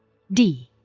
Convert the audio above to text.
d